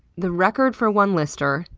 the record for one lister,